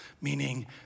meaning